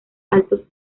altos